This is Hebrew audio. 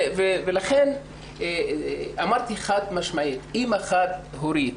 אימא חד-הורית,